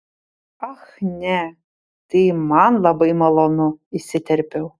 ach ne tai man labai malonu įsiterpiau